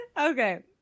Okay